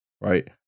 right